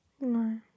No